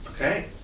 Okay